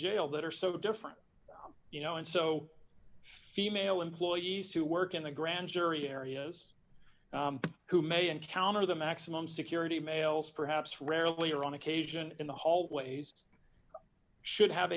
jail that are so different you know and so female employees who work in the grand jury areas who may encounter the maximum security males perhaps rarely or on occasion in the hallways should have